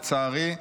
לצערי,